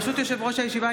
ברשות יושב-ראש הישיבה,